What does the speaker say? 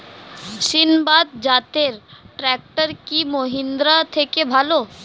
সিণবাদ জাতের ট্রাকটার কি মহিন্দ্রার থেকে ভালো?